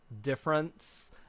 difference